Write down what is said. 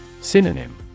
Synonym